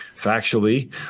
Factually